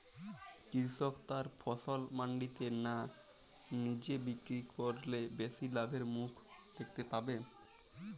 কৃষক তার ফসল মান্ডিতে না নিজে বিক্রি করলে বেশি লাভের মুখ দেখতে পাবে?